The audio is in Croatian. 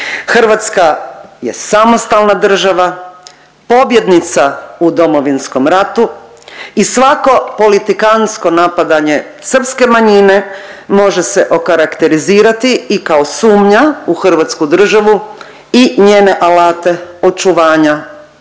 Hrvatska je samostalna država, pobjednica u Domovinskom ratu i svako politikansko napadanje srpske manjine može se okarakterizirati i kao sumnja u hrvatsku državu i njene alate očuvanja